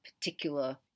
particular